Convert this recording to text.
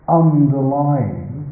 underlying